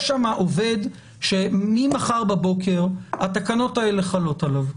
יש שם עובד שממחר בבוקר התקנות האלה חלו עליו.